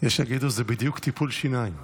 שיגידו שזה בדיוק טיפול שיניים,